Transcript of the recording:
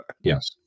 yes